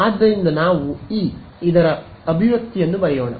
ಆದ್ದರಿಂದ ನಾವು ಇ ಇದರ ಅಭಿವ್ಯಕ್ತಿಯನ್ನು ಬರೆಯೋಣ